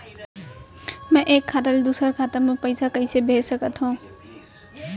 मैं एक खाता ले दूसर खाता मा पइसा कइसे भेज सकत हओं?